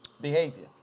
Behavior